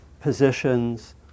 positions